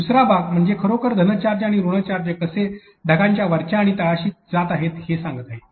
दुसरा भाग म्हणजे खरोखर धन चार्ज आणि ऋण चार्ज कसे ढगाच्या वरच्या आणि तळाशी जात आहे हे सांगत आहे